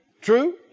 True